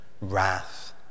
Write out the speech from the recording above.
wrath